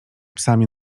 psami